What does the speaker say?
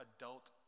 adult